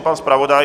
Pan zpravodaj?